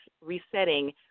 resetting